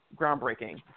groundbreaking